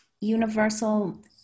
universal